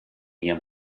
ihrem